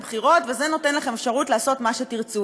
בבחירות וזה נותן לכם אפשרות לעשות מה שתרצו?